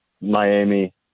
Miami